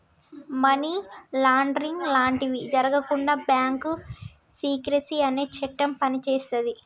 money laundering లాంటివి జరగకుండా bank secrecy అనే చట్టం పనిచేస్తది